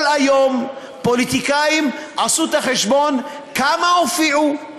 כל היום פוליטיקאים עשו את החשבון כמה הופיעו,